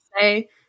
say